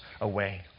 away